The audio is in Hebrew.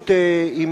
אם